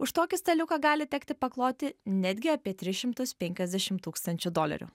už tokį staliuką gali tekti pakloti netgi apie tris šimtus penkiasdešim tūkstančių dolerių